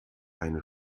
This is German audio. eine